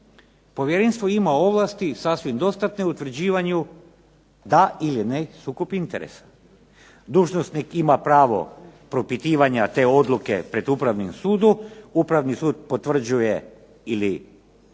Povjerenstvo ima ovlasti i sasvim dostatne u utvrđivanju da ili ne sukob interesa. Dužnosnik ima pravo propitivanja te odluke pred Upravnim sudom, Upravni sud potvrđuje ili